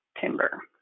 timber